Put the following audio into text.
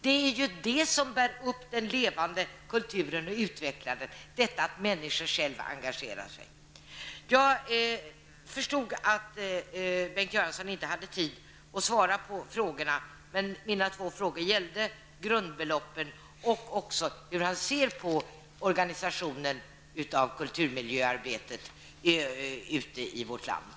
Detta att människan själv engagerar sig är ju vad som bär upp och utvecklar den levande kulturen. Jag förstår att Bengt Göransson inte hade tid att svara på mina två frågor, men det gällde grundbeloppen och hur han ser på organisationen av kulturmiljöarbetet ute i vårt land.